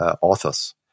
authors